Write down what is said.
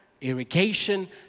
irrigation